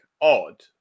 odd